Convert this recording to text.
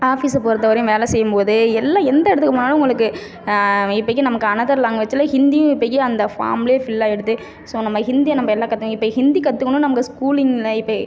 ஆஃபிஸை பொறுத்த வரையும் வேலை செய்யும்போது எல்லாம் எந்த இடத்துக்குப் போனாலும் உங்களுக்கு இப்போக்கி நமக்கு அனதர் லேங்குவேஜில் ஹிந்தியும் இப்போக்கி அந்த ஃபார்மில் ஃபில்லாகிடுது ஸோ நம்ம ஹிந்தியை நம்ம எல்லாம் கற்றுக் இப்போ ஹிந்தி கற்றுக்குணுனு நமக்கு ஸ்கூலிங்கில் இப்ப